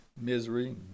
misery